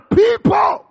people